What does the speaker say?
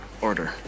order